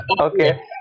Okay